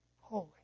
holy